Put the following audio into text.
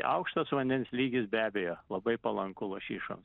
aukštas vandens lygis be abejo labai palanku lašišom